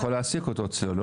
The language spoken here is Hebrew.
הוא יכול להעסיק אותו אצלו,